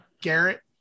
garrett